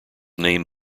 named